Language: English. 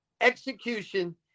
execution